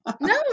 No